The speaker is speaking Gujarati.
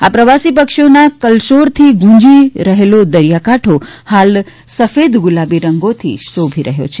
આ પ્રવાસી પક્ષીઓના કલશોરથી ગુંજી રહેલો દરિયાકાંઠો હાલ સફેદ ગુલાબી રંગથી શોભી રહ્યો છે